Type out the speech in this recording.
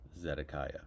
zedekiah